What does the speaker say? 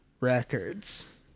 records